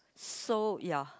so ya